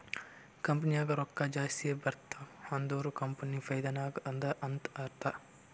company ನಾಗ್ ರೊಕ್ಕಾ ಜಾಸ್ತಿ ಬರ್ತಿವ್ ಅಂದುರ್ ಕಂಪನಿ ಫೈದಾ ನಾಗ್ ಅದಾ ಅಂತ್ ಅರ್ಥಾ